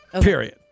Period